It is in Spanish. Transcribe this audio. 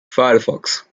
firefox